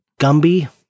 Gumby